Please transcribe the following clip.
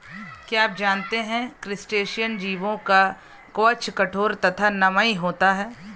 क्या आप जानते है क्रस्टेशियन जीवों का कवच कठोर तथा नम्य होता है?